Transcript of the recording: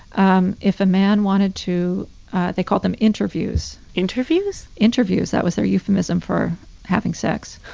um if a man wanted to they called them interviews interviews? interviews that was their euphemism for having sex